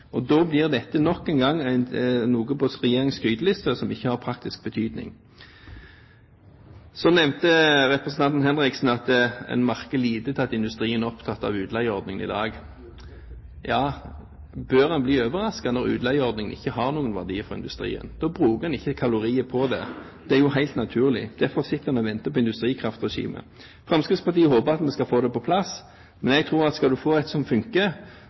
kjapt. Da blir dette nok en gang noe på regjeringens skryteliste som ikke har praktisk betydning. Så nevnte representanten Henriksen at en merker lite til at industrien er opptatt av utleieordningen i dag. Ja, bør en bli overrasket når utleieordningen ikke har noen verdi for industrien? Da bruker en ikke kalorier på det. Det er jo helt naturlig. Derfor sitter en og venter på industrikraftregimet. Fremskrittspartiet håper at vi skal få det på plass, men jeg tror at skal du få et industrikraftregime som funker,